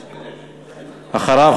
אחריו,